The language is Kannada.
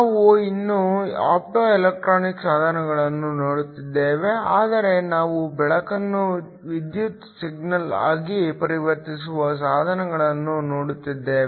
ನಾವು ಇನ್ನೂ ಆಪ್ಟೊಎಲೆಕ್ಟ್ರಾನಿಕ್ ಸಾಧನಗಳನ್ನು ನೋಡುತ್ತಿದ್ದೇವೆ ಆದರೆ ನಾವು ಬೆಳಕನ್ನು ವಿದ್ಯುತ್ ಸಿಗ್ನಲ್ ಆಗಿ ಪರಿವರ್ತಿಸುವ ಸಾಧನಗಳನ್ನು ನೋಡುತ್ತಿದ್ದೇವೆ